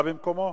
אתה במקומו?